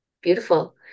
Beautiful